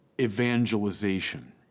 evangelization